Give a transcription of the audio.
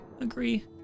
agree